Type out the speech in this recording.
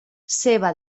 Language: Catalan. ceba